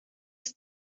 است